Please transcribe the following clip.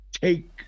take